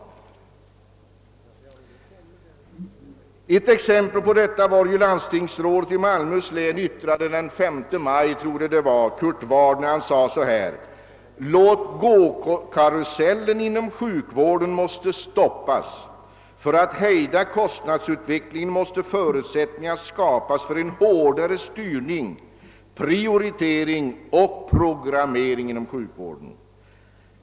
Jag kan som ett exempel på dessa diskussioner citera vad landstingsrådet Kurt Ward i Malmöhus län yttrade, jag tror det var den 5 maj: »Låt-gå-karusellen inom sjukvården måste stoppas. För att hejda kostnadsutvecklingen måste förutsättningar skapas för en hårdare styrning, prioritering och programmering inom sjukvården.